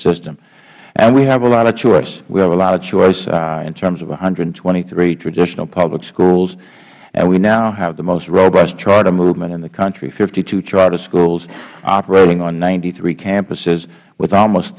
system and we have a lot of choice we have a lot of choice in terms of one hundred and twenty three traditional public schools and we now have the most robust charter movement in the country fifty two charter schools operating on ninety three campuses with almost